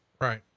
Right